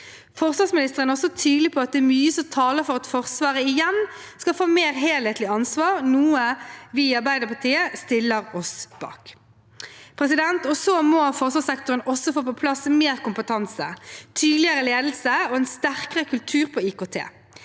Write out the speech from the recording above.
Forsvarsministeren er også tydelig på at det er mye som taler for at Forsvaret igjen skal få et mer helhetlig ansvar, noe vi i Arbeiderpartiet stiller oss bak. Forsvarssektoren må også få på plass mer kompetanse, tydeligere ledelse og en sterkere kultur når